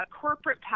corporate